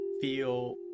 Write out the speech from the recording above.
feel